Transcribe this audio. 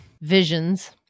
visions